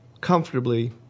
comfortably